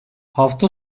hafta